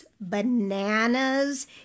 bananas